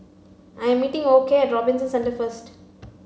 I'm meeting Okey at Robinson Centre first